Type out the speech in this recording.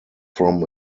from